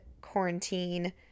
quarantine